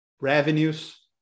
revenues